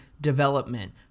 development